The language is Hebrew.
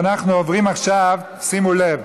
ואנחנו עוברים עכשיו, שימו לב,